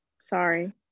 sorry